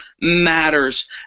matters